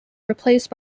replaced